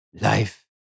Life